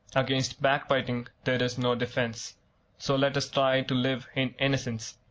against backbiting there is no defence so let us try to live in innocence,